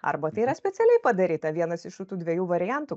arba tai yra specialiai padaryta vienas iš šitų dviejų variantų